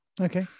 Okay